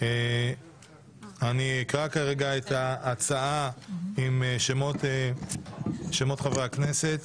אני אקרא את ההצעה עם שמות חברי הכנסת